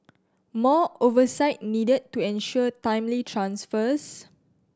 more oversight needed to ensure timely transfers